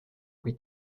kui